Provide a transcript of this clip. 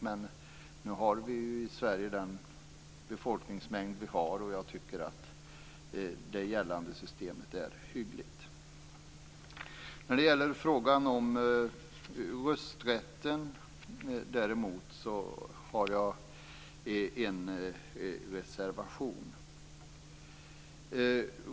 Men nu har vi i Sverige den folkmängd vi har, och jag tycker att det gällande systemet är hyggligt. I fråga om rösträtten har jag däremot en reservation.